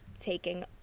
taking